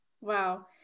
Wow